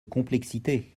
complexité